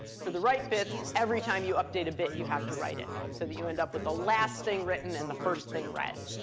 for the write bits, every time you update a bit, you have to write it so that you end up with the last thing written and the first thing read.